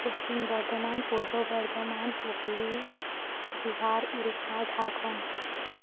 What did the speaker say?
Paschim Bardhaman Purba Bardhaman Hooghly Bihar Odisha Jharkhand